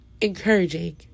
encouraging